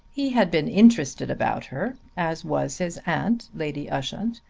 he had been interested about her, as was his aunt, lady ushant,